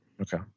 Okay